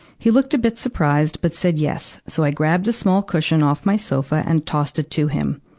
he looked a bit surprised, but said yes. so i grabbed a small cushion off my sofa and tossed it to him.